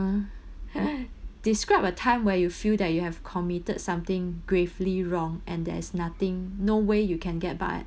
~(uh) describe a time where you feel that you have committed something gravely wrong and there is nothing no way you can get by